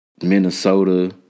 Minnesota